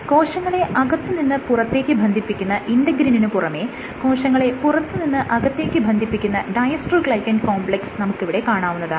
കോശങ്ങളെ അകത്ത് നിന്നും പുറത്തേക്ക് ബന്ധിപ്പിക്കുന്ന ഇന്റെഗ്രിനിന് പുറമെ കോശങ്ങളെ പുറത്ത് നിന്നും അകത്തേക്ക് ബന്ധിപ്പിക്കുന്ന ഡയ്സ്ട്രോഗ്ലൈകെൻ കോംപ്ലെക്സ് നമുക്കിവിടെ കാണാവുന്നതാണ്